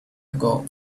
ago